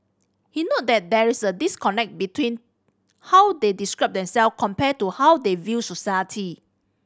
he noted that there is a disconnect between how they describe themself compared to how they view society